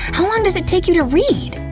how long does it take you to read?